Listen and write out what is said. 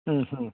മ് മ്